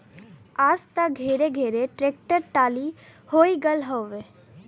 आज त घरे घरे ट्रेक्टर टाली होई गईल हउवे